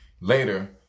Later